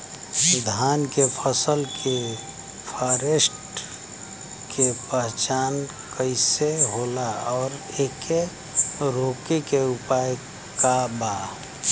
धान के फसल के फारेस्ट के पहचान कइसे होला और एके रोके के उपाय का बा?